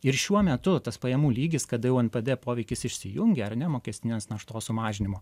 ir šiuo metu tas pajamų lygis kada jau npd poveikis išsijungia ar ne mokestinės naštos sumažinimo